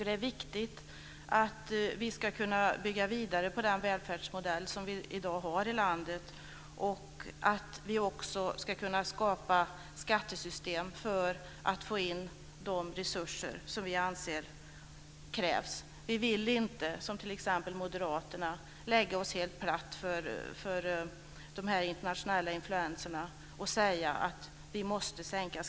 Det är angeläget att bygga vidare på den välfärdsmodell som vi har i landet och att vi ska kunna skapa skattesystem för att få in de resurser som krävs. Vi vill inte, som t.ex. Moderaterna vill, lägga oss helt platt för de internationella influenserna och säga att skatterna måste sänkas.